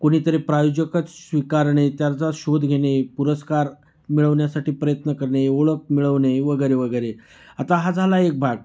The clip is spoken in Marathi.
कुणीतरी प्रायोजकच्च स्वीकारणे त्याचा शोध घेणे पुरस्कार मिळवण्यासाठी प्रयत्न करणे ओळख मिळवणे वगैरे वगैरे आता हा झाला एक भाग